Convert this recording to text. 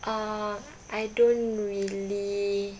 um I don't really